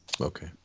Okay